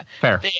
Fair